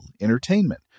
entertainment